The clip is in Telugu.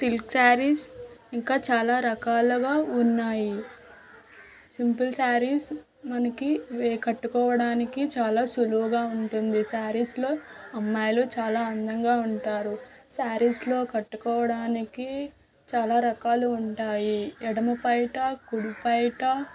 సిల్క్ శారీస్ ఇంకా చాలా రకాలు ఉన్నాయి సింపుల్ శారీస్ మనకు అవి కట్టుకోవడానికి చాలా సులువుగా ఉంటుంది శారీస్లో అమ్మాయిలు చాలా అందంగా ఉంటారు శారీస్లో కట్టుకోవడానికి చాలా రకాలు ఉంటాయి ఎడమ పైట కుడి పైట